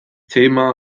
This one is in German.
thema